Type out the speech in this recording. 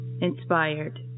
inspired